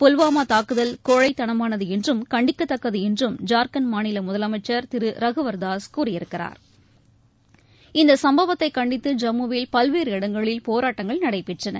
புல்வாமா தாக்குதல் கோழைத்தனமானது என்றும் கண்டிக்கத்தக்கது என்றும் ஜார்கண்ட் மாநில முதலமைச்சர் திரு ரகுவர் தாஸ் கூறியிருக்கிறார் இந்த சும்பவத்தை கண்டித்து ஜம்முவில் பல்வேறு இடங்களில் போராட்டங்கள் நடைபெற்றன